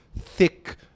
thick